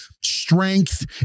strength